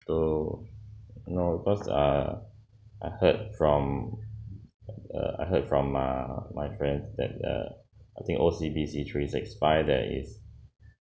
to know because err I heard from err I heard from uh my friends that uh I think O_C_B_C three six five there is